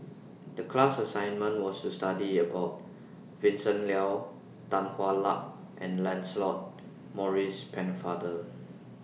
The class assignment was to study about Vincent Leow Tan Hwa Luck and Lancelot Maurice Pennefather